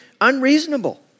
unreasonable